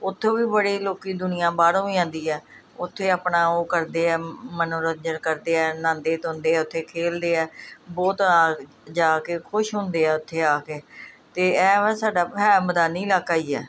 ਉੱਥੋਂ ਵੀ ਬੜੇ ਲੋਕ ਦੁਨੀਆ ਬਾਹਰੋਂ ਵੀ ਆਉਂਦੀ ਹੈ ਉੱਥੇ ਆਪਣਾ ਉਹ ਕਰਦੇ ਹੈ ਮਨੋਰੰਜਨ ਕਰਦੇ ਹੈ ਨਹਾਉਂਦੇ ਧੋਂਦੇ ਆ ਉੱਥੇ ਖੇਡਦੇ ਹੈ ਬਹੁਤ ਆ ਜਾ ਕੇ ਖੁਸ਼ ਹੁੰਦੇ ਆ ਉੱਥੇ ਆ ਕੇ ਅਤੇ ਇਹ ਵਾ ਸਾਡਾ ਹੈ ਮੈਦਾਨੀ ਇਲਾਕਾ ਹੀ ਹੈ